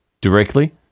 directly